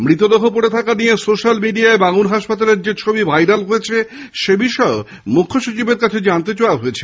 মৃতদেহ পড়ে থাকা নিয়ে সোশ্যাল মিডিয়ায় বাঙ্গুর হাসপাতালের যে ছবি ভাইরাল হয়েছে সে বিষয়েও মুখ্যসচিবের কাছে জানতে চাওয়া হয়েছে